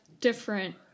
different